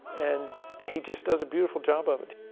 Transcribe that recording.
and he just does a beautiful job of it.